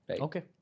Okay